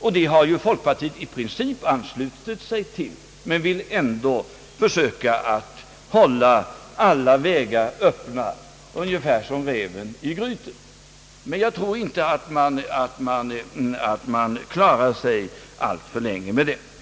och det har ju folkpartiet i princip anslutit sig till men vill ändå försöka att hålla alla vägar öppna — ungefär som räven i grytet. Jag tror dock inte att man klarar sig alltför länge med det.